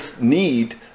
need